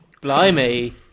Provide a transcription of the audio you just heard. Blimey